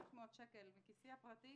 2,500 שקל מכיסי הפרטי